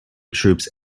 troops